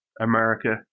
America